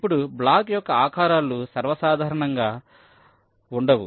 ఇప్పుడు బ్లాక్ యొక్క ఆకారాలు సర్వసాధారణంగా ఉండవు